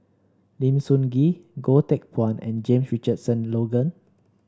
Lim Sun Gee Goh Teck Phuan and Jame Richardson Logan